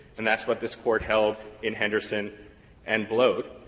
and that's what this court held in henderson and bloate,